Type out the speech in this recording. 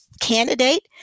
candidate